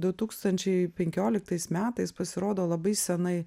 du tūkstančiai penkioliktais metais pasirodo labai senai